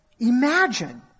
Imagine